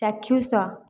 ଚାକ୍ଷୁଷ